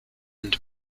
and